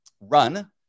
run